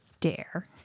dare